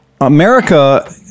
America